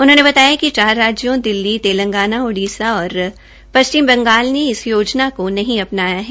उन्होंने बताया कि चार राज्यों दिल्ली तेलगांना ओडिशा और पश्चिम बंगाल ने इस योजना को नहीं अपनाया है